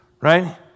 right